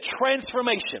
transformation